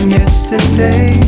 yesterday